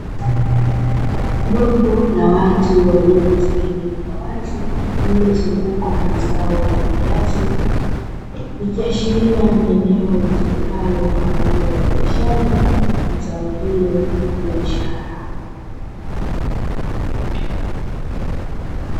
Jopo la watu walio katika eneo la wazi lililozungukwa na zao la viazi, ikiashiria ni eneo litumikalo kwa ajili ya uzalishaji wa zao hilo la biashara